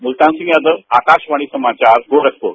मुलतान सिंह यादव आकाशवाणी समाचार गोरखपुर